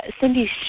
Cindy